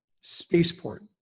spaceport